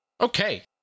Okay